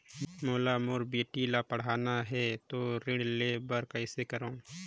मोला मोर बेटी ला पढ़ाना है तो ऋण ले बर कइसे करो